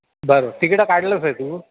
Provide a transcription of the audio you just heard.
बरं तिकिटं काढलंचंय तू